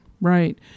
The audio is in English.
Right